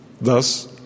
Thus